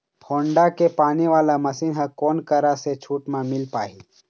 Honda के पानी वाला मशीन हर कोन करा से छूट म मिल पाही?